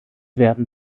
werden